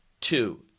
two